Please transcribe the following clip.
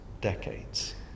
decades